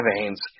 veins